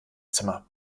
zimmer